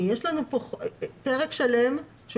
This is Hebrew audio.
לפרוטוקול זה